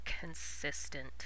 consistent